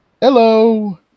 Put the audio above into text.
hello